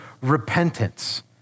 repentance